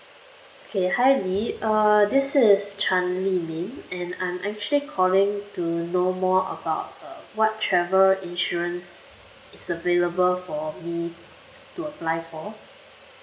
okay hi lily uh this is chan lee min and I'm actually calling to know more about uh what travel insurance is available for me to apply for